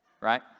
right